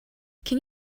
can